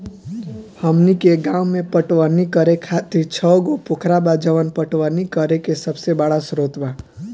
हमनी के गाँव में पटवनी करे खातिर छव गो पोखरा बा जवन पटवनी करे के सबसे बड़ा स्रोत बा